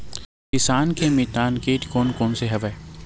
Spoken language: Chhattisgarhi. किसान के मितान कीट कोन कोन से हवय?